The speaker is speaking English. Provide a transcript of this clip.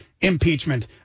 impeachment